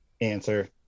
answer